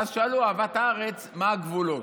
ואז שאלו, אהבת הארץ, מה הגבולות?